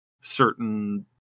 certain